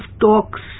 talks